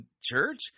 church